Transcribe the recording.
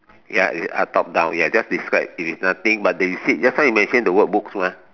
ya uh top down ya just describe if it's nothing but then you said just now you mention the word books mah